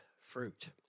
fruit